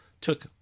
took